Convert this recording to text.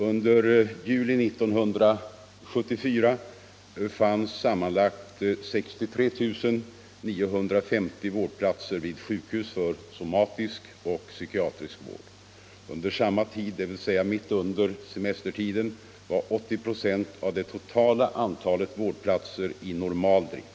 Under juli 1974 fanns sammanlagt 63950 vårdplatser vid sjukhus för somatisk och psykiatrisk vård. Under samma - Om åtgärder mot tid, dvs. mitt under semestertiden, var 80 96 av det totala antalet vård — bristen på sjuksköplatser i normal drift.